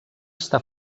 està